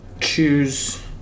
choose